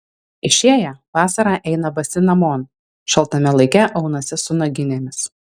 išėję vasarą eina basi namon šaltame laike aunasi su naginėmis